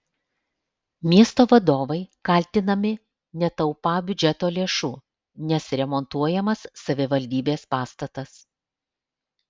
miesto vadovai kaltinami netaupą biudžeto lėšų nes remontuojamas savivaldybės pastatas